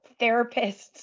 therapists